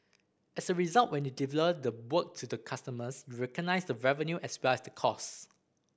as a result when you deliver the work to the customers you recognise the revenue as well the cost